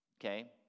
okay